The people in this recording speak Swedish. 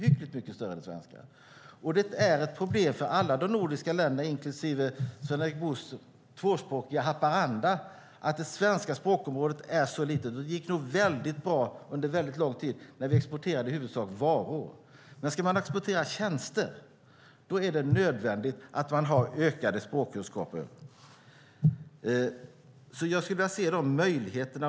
Det är ett problem - det gäller alla de nordiska länderna, inklusive Sven-Erik Buchts tvåspråkiga Haparanda - att det svenska språkområdet är så litet. Det gick väldigt bra under lång tid när vi exporterade i huvudsak varor, men om vi ska exportera tjänster är det nödvändigt att vi har ökade språkkunskaper. Jag skulle vilja se de möjligheterna.